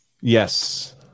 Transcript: Yes